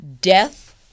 death